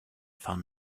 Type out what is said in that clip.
found